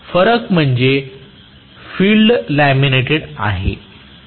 फरक म्हणजे field laminated आहे